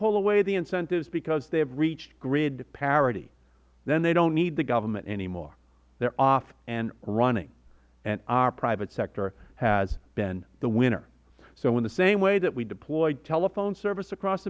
pull away the incentives because they have reached grid parity then they don't need the government anymore they are off and running and our private sector has been the winner so in the same way that we deployed telephone service across